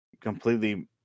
completely